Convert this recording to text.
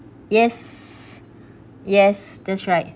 yes yes that's right